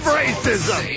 racism